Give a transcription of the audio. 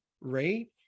rate